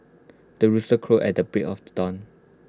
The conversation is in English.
the rooster crows at the break of the dawn